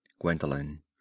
Gwendolen